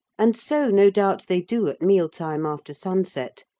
and so no doubt they do at meal-time after sunset,